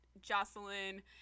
Jocelyn